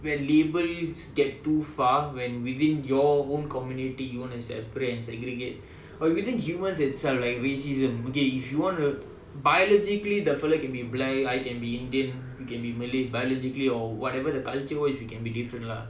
where labels get too far when within your own community you want to separate and segregate or within humans itself like racism okay if you want to biologically the fellow can be blind I can be indian you can be malay biologically or whatever the culture you believe in lah